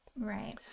right